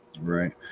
Right